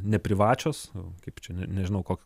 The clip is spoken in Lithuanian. neprivačios nu kaip čia ne nežinau ko